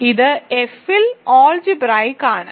ഇത് F ൽ അൾജിബ്രായിക്ക് ആണ്